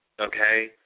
okay